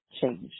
change